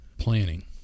planning